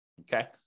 Okay